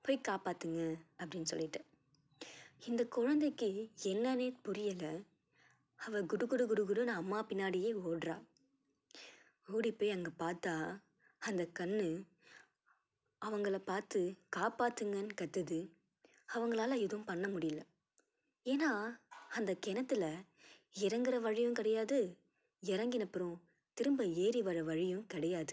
போய் காப்பாற்றுங்க அப்படின்னு சொல்லிகிட்டு இந்த குழந்தைக்கு என்னன்னே புரியலை அவள் குடு குடு குடு குடுன்னு அம்மா பின்னாடியே ஓடுறா ஓடி போய் அங்கே பார்த்தா அந்த கன்று அவங்கள பார்த்து காப்பாற்றுங்கனு கத்துது அவங்களால எதுவும் பண்ண முடியல ஏன்னா அந்த கிணத்துல இறங்கிற வழியும் கிடையாது இறங்கின அப்புறம் திரும்ப ஏறி வர்ற வழியும் கிடையாது